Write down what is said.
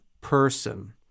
person